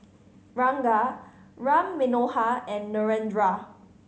Ranga Ram Manohar and Narendra